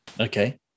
Okay